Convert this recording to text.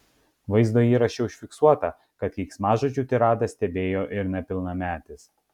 vaizdo įraše užfiksuota kad keiksmažodžių tiradą stebėjo ir nepilnametis